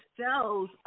cells